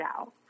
out